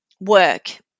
work